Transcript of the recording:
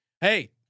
Hey